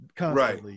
right